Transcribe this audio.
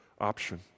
option